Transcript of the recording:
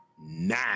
Nine